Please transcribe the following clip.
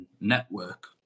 network